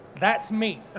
that's me.